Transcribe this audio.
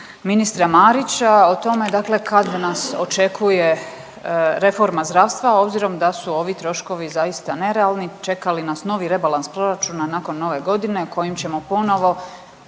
ministra Marića o tome dakle kada nas očekuje reforma zdravstva obzirom da su ovi troškovi zaista nerealni. Čeka li nas novi rebalans proračuna nakon nove godine kojim ćemo ponovo,